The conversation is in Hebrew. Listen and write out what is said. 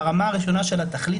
ברמה הראשונה של התכלית,